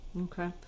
Okay